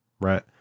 right